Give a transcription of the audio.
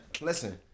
Listen